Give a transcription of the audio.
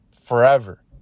forever